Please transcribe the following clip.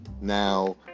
now